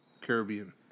Caribbean